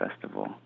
Festival